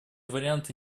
варианты